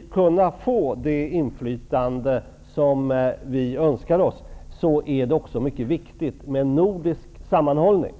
skall kunna få det inflytande som vi önskar oss, är det också mycket viktigt med nordisk sammanhållning.